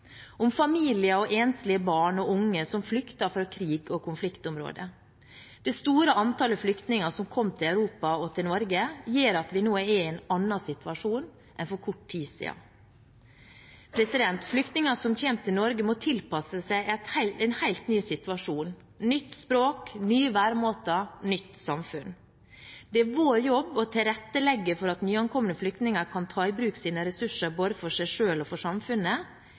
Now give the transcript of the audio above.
om familier og enslige barn og unge som flykter fra krig og konfliktområder. Det store antallet flyktninger som kom til Europa, og til Norge, gjør at vi nå er i en annen situasjon enn for kort tid siden. Flyktninger som kommer til Norge, må tilpasse seg en helt ny situasjon – nytt språk, nye væremåter, nytt samfunn. Det er vår jobb å tilrettelegge for at nyankomne flyktninger kan ta i bruk sine ressurser – både for seg selv og for samfunnet